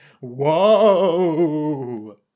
Whoa